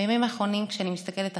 בימים האחרונים, כשאני מסתכלת החוצה,